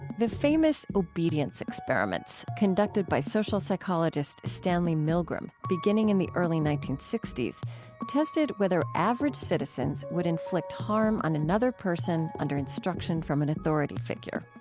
the famous obedience experiments conducted by social psychologist stanley milgram beginning in the early nineteen sixty s tested whether average citizens would inflict harm on another person under instruction from an authority figure.